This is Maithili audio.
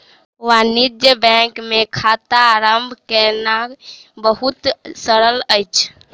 वाणिज्य बैंक मे खाता आरम्भ केनाई बहुत सरल अछि